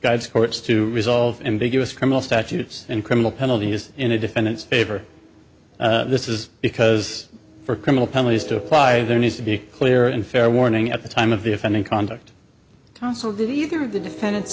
guides courts to resolve ambiguous criminal statutes and criminal penalties in a defendant's favor this is because for criminal penalties to apply there needs to be clear and fair warning at the time of the offending conduct tonsil did either of the defendant